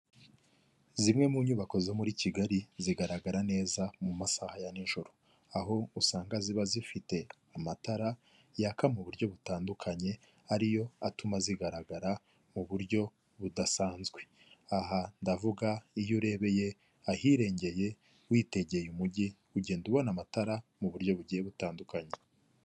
Zimwe mu inyubako zo muri kigali zigaragara neza mu masaha ya nijoro, aho usanga ziba zifite amatara yaka mu buryo butandukanye, ariyo atuma zigaragara mu buryo budasanzwe. Aha ndavuga iyo urebeye ahirengeye witegeye umugi ugenda ubona amatara mu buryo bugiye butandukanye.